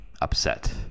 upset